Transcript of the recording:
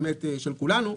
באמת של כולנו,